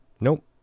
Nope